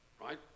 Right